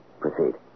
proceed